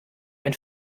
ein